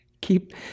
keep